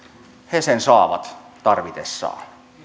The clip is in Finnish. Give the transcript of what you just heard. sen saavat tarvitessaan